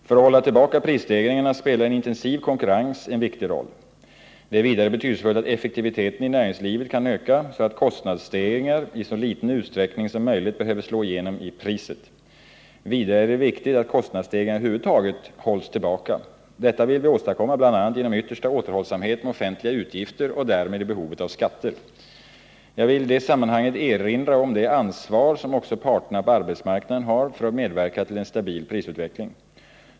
För att hålla tillbaka prisstegringarna spelar en intensiv konkurrens en viktig roll. Det är vidare betydelsefullt att effektiviteten i näringslivet kan öka så att kostnadsstegringar i så liten utsträckning som möjligt behöver slå igenom i priset. Vidare är det viktigt att kostnadsstegringar över huvud taget hålls tillbaka. Detta vill vi åstadkomma bl.a. genom yttersta återhållsamhet med offentliga utgifter och därmed i behovet av skatter. Jag vill i det sammanhanget erinra om det ansvar som också parterna på arbetsmarknaden har för att medverka till en stabil prisutveckling.